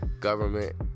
government